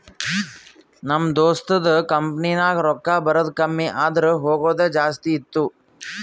ನಮ್ ದೋಸ್ತದು ಕಂಪನಿನಾಗ್ ರೊಕ್ಕಾ ಬರದ್ ಕಮ್ಮಿ ಆದೂರ್ ಹೋಗದೆ ಜಾಸ್ತಿ ಇತ್ತು